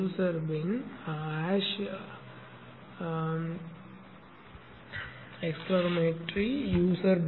user bin octave